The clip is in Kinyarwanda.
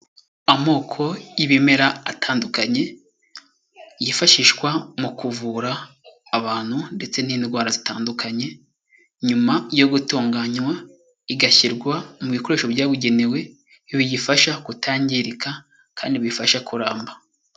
Amoko y'ibimera atandukanye, yifashishwa mu kuvura abantu ndetse n'indwara zitandukanye. Nyuma yo gutunganywa igashyirwa mu bikoresho byabugenewe biyifasha kutangirika kandi biyifasha kuramba.